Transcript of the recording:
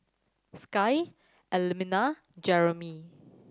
Sky Elmina and Jermey